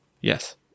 yes